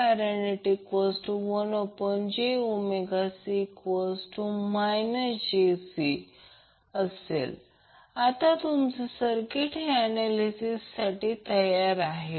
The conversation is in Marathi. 1F⇒1jωC j5 आता तुमचे सर्किट हे ऍनॅलिसिससाठी तयार आहे